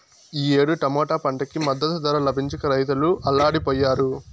ఈ ఏడు టమాటా పంటకి మద్దతు ధర లభించక రైతులు అల్లాడిపొయ్యారు